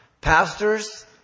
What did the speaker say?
Pastors